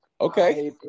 Okay